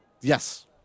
yes